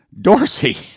Dorsey